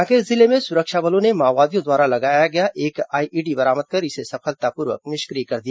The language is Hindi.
काकेर जिले में सुरक्षा बलों ने माओवादियों द्वारा लगाया गया एक आईईडी बरामद कर इसे सफलतापूर्वक निष्क्रिय कर दिया